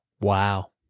Wow